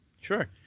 Sure